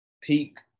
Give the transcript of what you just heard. peak